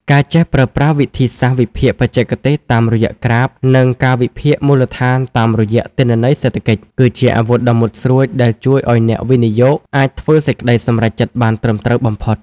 ការចេះប្រើប្រាស់វិធីសាស្ត្រវិភាគបច្ចេកទេសតាមរយៈក្រាហ្វ និងការវិភាគមូលដ្ឋានតាមរយៈទិន្នន័យសេដ្ឋកិច្ច គឺជាអាវុធដ៏មុតស្រួចដែលជួយឱ្យអ្នកវិនិយោគអាចធ្វើសេចក្ដីសម្រេចចិត្តបានត្រឹមត្រូវបំផុត។